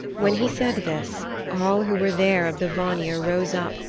when he said this all who were there of the vanir rose up,